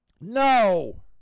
No